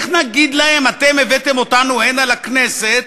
איך נגיד להם: אתם הבאתם אותנו הנה, לכנסת,